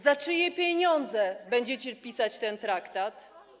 Za czyje pieniądze będziecie pisać ten traktat?